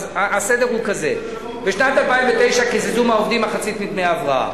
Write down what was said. אז הסדר הוא כזה: בשנת 2009 קיזזו מהעובדים מחצית מדמי ההבראה,